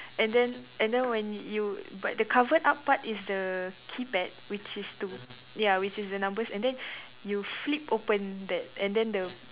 and then and then when you but the cover up part is the keypad which is to ya which is the numbers and then you flip open that and then the